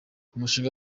umushinga